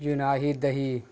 یوناہی دہی